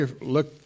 look